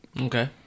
Okay